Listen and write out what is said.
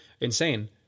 insane